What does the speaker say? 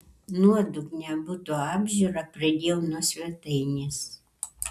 nuodugnią buto apžiūrą pradėjau nuo svetainės